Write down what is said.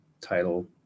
title